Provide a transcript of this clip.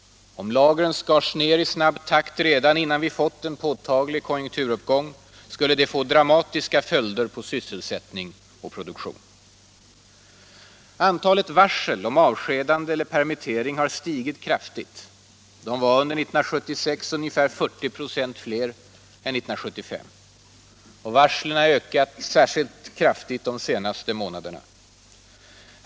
Om lagren skars ner i snabb takt redan innan vi fått en påtaglig konjunkturuppgång, skulle det få dramatiska följder på sysselsättning och produktion. Antalet varsel om avskedande eller permittering har stigit kraftigt — de var under 1976 ungefär 40 96 fler än 1975. Och varslen har ökat särskilt kraftigt de senaste månaderna.